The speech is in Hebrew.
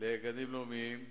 לגנים לאומיים.